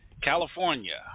california